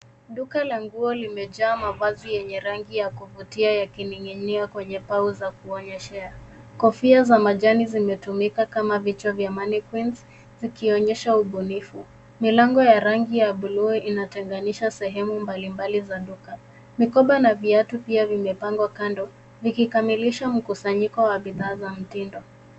Duka la nguo limejaa mavazi ya rangi ya kuvutia yakining'inia kwenye pau za kuonyeshea. kofia za majani zimetumika kama vichwa za mannequins zikionyesha ubunifu. Milango ya rangi ya buluu inatenganisha sehemu mbalimbali za duka. Mikoba na viatu pia vimepangwa kando vikikamilisha mkusanyiko wa bidhaa za mtindo.